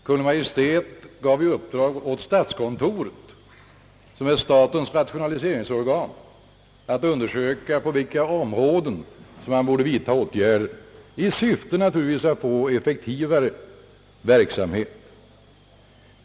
Kungl. Maj:t gav i uppdrag åt statskontoret, som är statens rationaliseringsorgan, att undersöka på vilka områden man borde vidta åtgärder, i syfte naturligtvis att få till stånd en effektivare verksamhet.